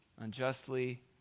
unjustly